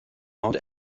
mount